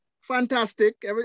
Fantastic